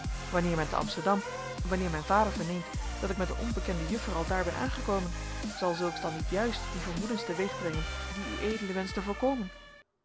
wanneer men te amsterdam wanneer mijn vader verneemt dat ik met een onbekende juffer aldaar ben aangekomen zal zulks dan niet juist die vermoedens teweegbrengen die ued wenscht te voorkomen